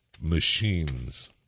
machines